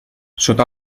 sota